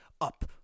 up